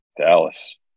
Dallas